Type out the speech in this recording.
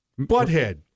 butthead